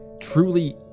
truly